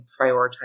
prioritize